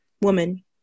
Woman